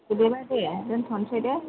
बिदिबा दे दोनथ'नोसै दे